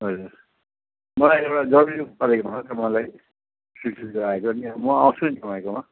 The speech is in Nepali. हजुर मलाई एउटा जरुरी परेको छ मलाई सूचित गराएको नि म आउँछु नि तपाईँकोमा